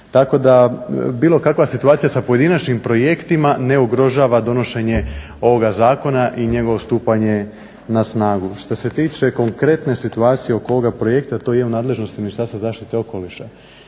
Tako da bilo kakva situacija sa pojedinačnim projektima ne ugrožava donošenje ovoga zakona i njegovo stupanje na snagu. Što se tiče konkretne situacije oko ovoga projekta to je u nadležnosti ministarstva zaštite okoliša.